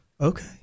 okay